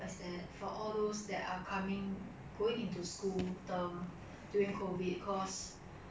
it's like 不是真正的朋友 lor even if you have camps online it's 不一样的 experience for me